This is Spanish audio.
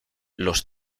los